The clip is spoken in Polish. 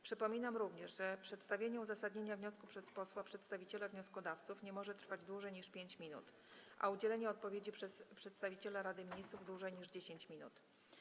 Przypominam również, że przedstawienie uzasadnienia wniosku przez posła przedstawiciela wnioskodawców nie może trwać dłużej niż 5 minut, a udzielenie odpowiedzi przez przedstawiciela Rady Ministrów - dłużej niż 10 minut.